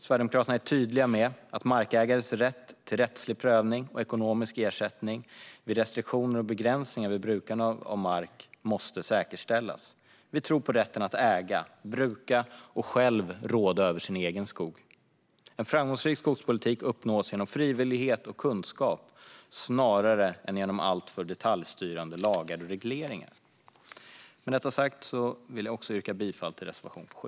Sverigedemokraterna är tydliga med att markägares rätt till rättslig prövning och ekonomisk ersättning vid restriktioner och begränsningar vid brukande av mark måste säkerställas. Vi tror på rätten att äga, bruka och själv råda över sin egen skog. En framgångsrik skogspolitik uppnås genom frivillighet och kunskap snarare än genom alltför detaljstyrande lagar och regleringar. Med detta sagt vill jag yrka bifall till reservation 7.